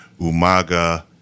Umaga